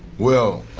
well,